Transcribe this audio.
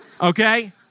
Okay